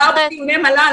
זה נאמר בדיוני מל"ל,